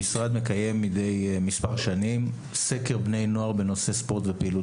המשרד מקיים מדי מספר שנים סקר בני נוער בנושא ספורט ופעילות